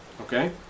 okay